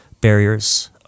barriers